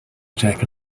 attack